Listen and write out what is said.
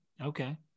okay